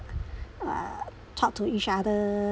ugh talk to each other